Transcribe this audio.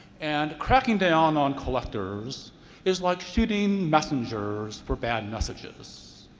and cracking down on collectors is like shooting messengers for bad messages.